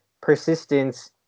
persistence